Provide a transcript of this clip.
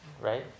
right